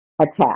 attack